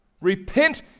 repent